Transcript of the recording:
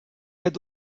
had